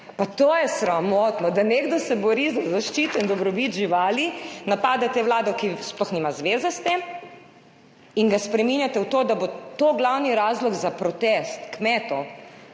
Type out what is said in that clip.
Pa to je sramotno! Da se nekdo bori za zaščito in dobrobit živali, napadate Vlado, ki sploh nima zveze s tem, in spreminjate v to, da bo to glavni razlog za protest kmetov!